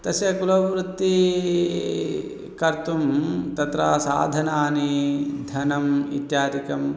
तस्य कुलवृत्तिं कर्तुं तत्र साधनानि धनम् इत्यादिकं